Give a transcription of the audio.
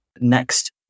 next